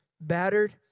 battered